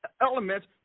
elements